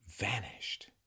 vanished